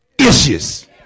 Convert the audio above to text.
issues